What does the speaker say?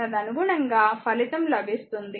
తదనుగుణంగా ఫలితం లభిస్తుంది